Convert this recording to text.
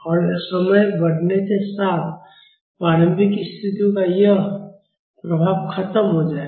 और समय बढ़ने के साथ प्रारंभिक स्थितियों का यह प्रभाव खत्म हो जाएगा